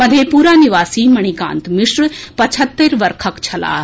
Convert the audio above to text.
मधेपुरा निवासी मणिकांत मिश्र पचहत्तरि वर्षक छलाह